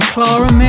Clara